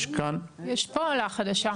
יש פה עולה חדשה.